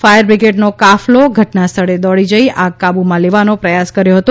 fire બ્રિગેડનો કાફલો ઘટનાસ્થળે દોડી જઇ આગ કાબૂમાં લેવાનો પ્રયાસ કર્યો હતો